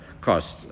costs